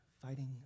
fighting